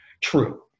true